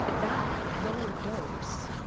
that lower dose